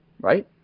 right